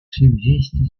subsistent